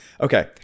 Okay